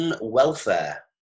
Welfare